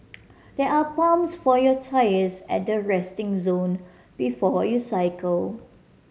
there are pumps for your tyres at the resting zone before you cycle